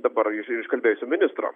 dabar iš iš kalėbjusio ministro